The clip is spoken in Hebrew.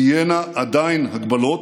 תהיינה עדיין הגבלות,